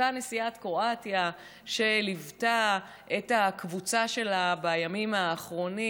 אותה נשיאת קרואטיה שליוותה את הקבוצה שלה בימים האחרונים.